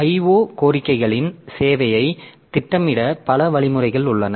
IO கோரிக்கைகளின் சேவையை திட்டமிட பல வழிமுறைகள் உள்ளன